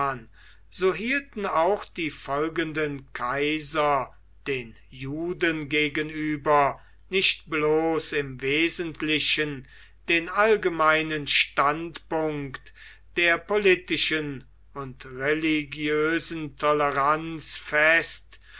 so hielten auch die folgenden kaiser den juden gegenüber nicht bloß im wesentlichen den allgemeinen standpunkt der politischen und religiösen toleranz fest